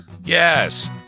Yes